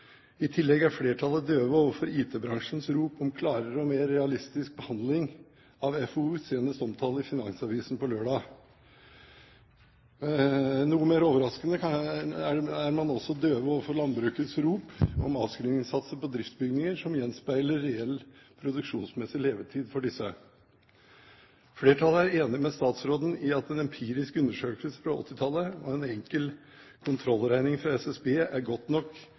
I tillegg er flertallet døve overfor IT-bransjens rop om klarere og mer realistisk behandling av FoU, senest omtalt i Finansavisen på lørdag. Noe mer overraskende er man også døve overfor landbrukets rop om avskrivningssatser på driftsbygninger, som gjenspeiler en reell produksjonsmessig levetid for disse. Flertallet er enig med statsråden i at en empirisk undersøkelse fra 1980-tallet og en enkel kontrollregning fra SSB er godt nok